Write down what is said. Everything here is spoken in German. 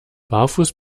barfuß